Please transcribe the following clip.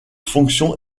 fonction